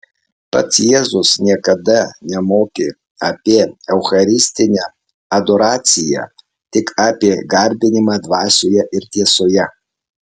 pats jėzus niekada nemokė apie eucharistinę adoraciją tik apie garbinimą dvasioje ir tiesoje